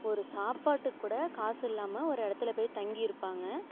ஒரு சாப்பாட்டுக் கூட காஸு இல்லாமல் ஒரு இடத்துல போய் தங்கி இருப்பாங்க